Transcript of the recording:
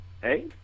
Hey